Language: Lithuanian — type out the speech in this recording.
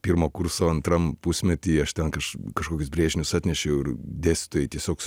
pirmo kurso antram pusmetį aš ten kaš kažkokius brėžinius atnešiau ir dėstytojai tiesiog su